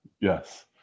yes